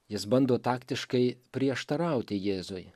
jis bando taktiškai prieštarauti jėzui